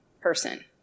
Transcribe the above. person